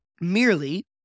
merely